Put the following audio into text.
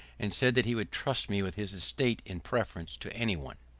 and said that he would trust me with his estate in preference to any one.